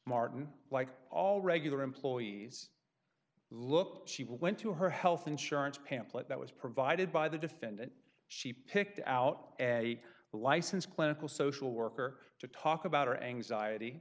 martin like all regular employees look she went to her health insurance pamphlet that was provided by the defendant she picked out a licensed clinical social worker to talk about her anxiety